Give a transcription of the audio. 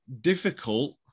difficult